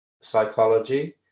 psychology